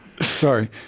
Sorry